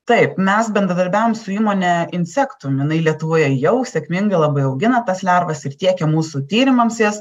taip mes bendradarbiavom su įmone insectum jinai lietuvoje jau sėkmingai labai augina tas lervas ir tiekia mūsų tyrimams jas